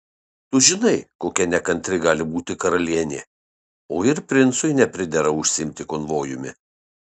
tu žinai kokia nekantri gali būti karalienė o ir princui nepridera užsiimti konvojumi